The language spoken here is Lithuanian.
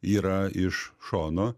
yra iš šono